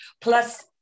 plus